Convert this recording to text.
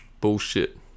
bullshit